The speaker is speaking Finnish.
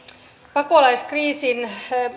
pakolaiskriisin